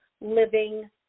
living